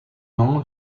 nom